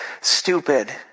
stupid